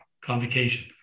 convocation